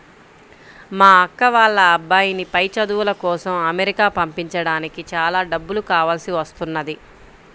మా అక్క వాళ్ళ అబ్బాయిని పై చదువుల కోసం అమెరికా పంపించడానికి చాలా డబ్బులు కావాల్సి వస్తున్నది